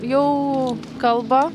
jau kalba